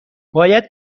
باید